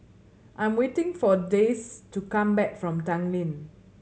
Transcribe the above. I am waiting for Dayse to come back from Tanglin